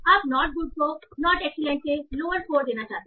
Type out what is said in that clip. आप not good को not excellent से लोअर् स्कोर देना चाहते हैं